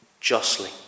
justly